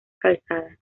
calzada